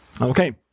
Okay